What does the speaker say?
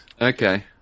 okay